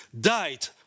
died